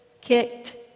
kicked